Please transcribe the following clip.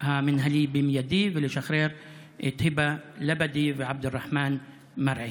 המינהלי במיידי ולשחרר את היבה א-לבדי ועבד אל-רחמן מרעי.